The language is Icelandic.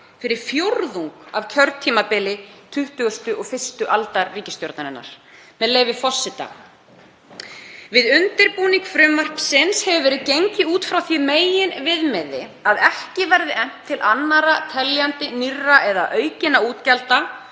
fyrir fjórðung af kjörtímabili 21. aldar ríkisstjórnarinnar, með leyfi forseta: „Við undirbúning frumvarpsins hefur hins vegar verið gengið út frá því meginviðmiði að ekki verði efnt til annarra teljandi nýrra eða aukinna útgjalda